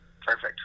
Perfect